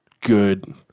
good –